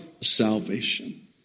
salvation